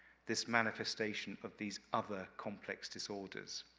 this manifestation of these other complex disorders.